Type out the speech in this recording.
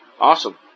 Awesome